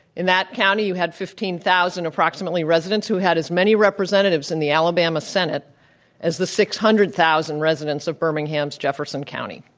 in that county, you had fifteen thousand approximately residents who had as many representative in the alabama senate as the six hundred thousand residents of birmingham's jefferson county.